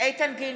איתן גינזבורג,